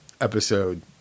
episode